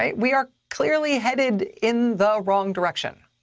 ah we are clearly headed in the wrong direction.